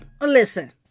listen